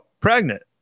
pregnant